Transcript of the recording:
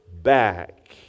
back